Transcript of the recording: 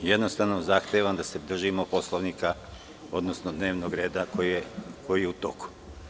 Jednostavno, zahtevam da se držimo Poslovnika, odnosno dnevnog reda koji je u toku.